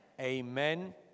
Amen